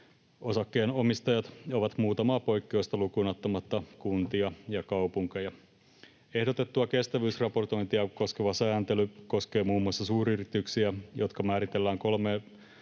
Osakkeenomistajat ovat muutamaa poikkeusta lukuun ottamatta kuntia ja kaupunkeja. Ehdotettua kestävyysraportointia koskeva sääntely koskee muun muassa suuryrityksiä, jotka määritellään kolmen